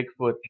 Bigfoot